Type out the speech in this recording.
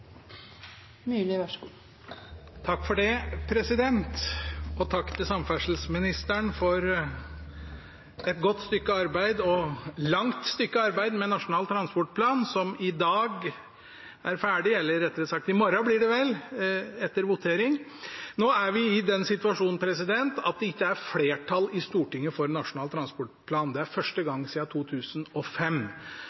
et godt – og langt – stykke arbeid med Nasjonal transportplan, som i dag er ferdig, eller rettere sagt i morgen etter voteringen. Nå er vi i den situasjon at det ikke er flertall i Stortinget for Nasjonal transportplan. Det er første